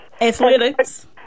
Athletics